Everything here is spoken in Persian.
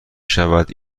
شود